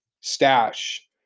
Stash